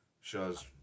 shows